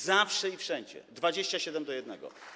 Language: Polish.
Zawsze i wszędzie 27 do 1.